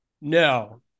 No